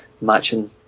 matching